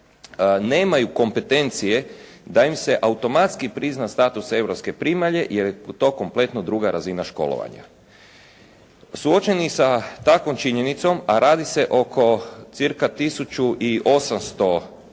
nemaju kompetencije da im se automatski prizna status europske primalje jer je to kompletno druga razina školovanja. Suočeni sa takvom činjenicom a radi se oko cirka tisuću i